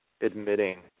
admitting